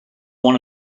one